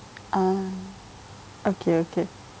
ah okay okay